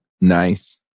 Nice